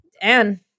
Dan